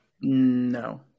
No